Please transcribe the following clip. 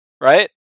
right